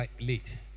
late